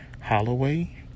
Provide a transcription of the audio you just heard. Holloway